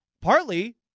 Partly